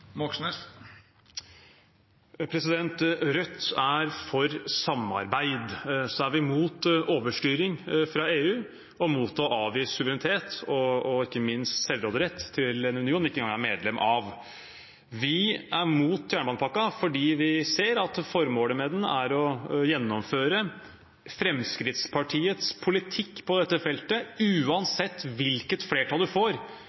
Rødt er for samarbeid. Så er vi mot overstyring fra EU og mot å avgi suverenitet og ikke minst selvråderett til en union vi ikke engang er medlem av. Vi er mot jernbanepakken fordi vi ser at formålet med den er å gjennomføre Fremskrittspartiets politikk på dette feltet. Uansett hvilket flertall man får